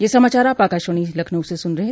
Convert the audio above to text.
ब्रे क यह समाचार आप आकाशवाणी लखनऊ से सुन रहे हैं